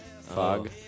Fog